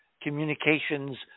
communications